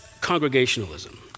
congregationalism